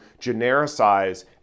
genericize